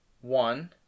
One